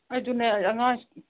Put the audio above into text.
ꯑꯩꯁꯨꯅꯦ ꯑꯉꯥꯡ